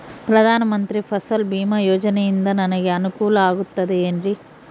ಪ್ರಧಾನ ಮಂತ್ರಿ ಫಸಲ್ ಭೇಮಾ ಯೋಜನೆಯಿಂದ ನನಗೆ ಅನುಕೂಲ ಆಗುತ್ತದೆ ಎನ್ರಿ?